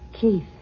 Keith